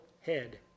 head